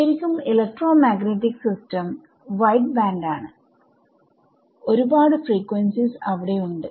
ശരിക്കും electromagnetic system wideband ആണ് ഒരു പാട് ഫ്രീക്വൻസീസ് അവിടെ ഉണ്ട്